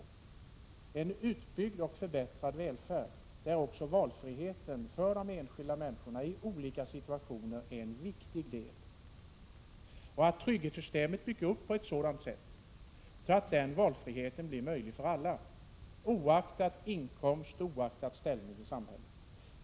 Vi vill ha en utbyggd och förbättrad välfärd, där också de enskilda människornas valfrihet i olika situationer är en viktig del. Vi vill att trygghetssystemet byggs upp på ett sådant sätt att den valfriheten blir möjlig för alla, oaktat inkomst och ställning i samhället.